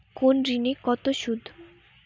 কোন ঋণে কত সুদ?